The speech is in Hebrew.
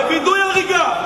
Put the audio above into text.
וידוא הריגה.